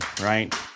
right